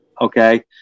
okay